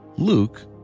luke